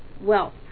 wealth